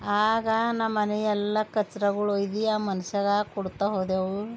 ಆಗ ನಮ್ಮನೆ ಎಲ್ಲ ಕಚ್ರಗಳು ಇದೆಯಾ ಮನ್ಷಾಗ ಕೊಡ್ತಾ ಹೋದೆವು